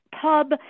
pub